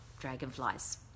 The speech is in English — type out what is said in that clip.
dragonflies